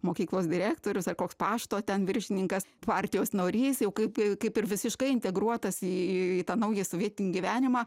mokyklos direktorius ar koks pašto ten viršininkas partijos narys jau kaip i kaip ir visiškai integruotas į tą naują sovietinį gyvenimą